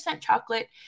chocolate